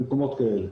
במקומות כאלה.